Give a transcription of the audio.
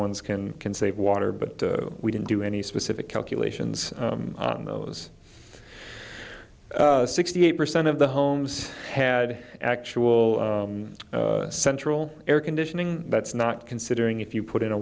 ones can can save water but we didn't do any specific calculations on those sixty eight percent of the homes had actual central air conditioning that's not considering if you put in a